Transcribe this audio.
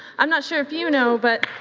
i'm not sure if you know but